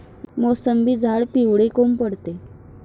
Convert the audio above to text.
मोसंबीचे झाडं पिवळे काऊन पडते?